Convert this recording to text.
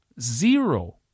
zero